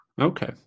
Okay